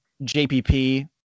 JPP